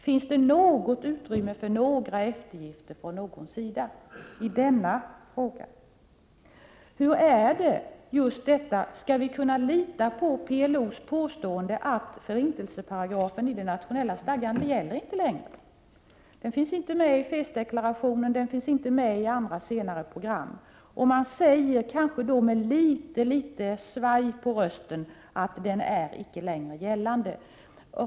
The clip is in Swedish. Finns det något utrymme för några eftergifter från någon sida i denna fråga? Och skall vi kunna lita på PLO:s påstående att förintelseparagrafen i den nationella stadgan inte längre gäller? Den finns inte med i fredsdeklarationen. Den finns inte med i andra senare program, och man säger — kanske med litet, litet svaj på rösten — att den är icke längre gällande.